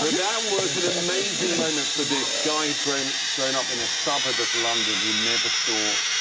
that was an amazing moment for this guy grown grown up in a suburb of london who never thought,